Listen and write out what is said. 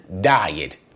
diet